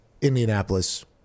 Indianapolis